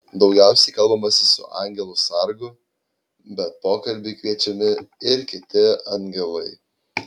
daugiausiai kalbamasi su angelu sargu bet pokalbiui kviečiami ir kiti angelai